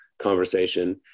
conversation